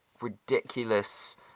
ridiculous